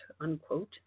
unquote